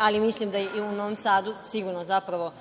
ali mislim da je i u Novom Sadu, sigurno, zapravo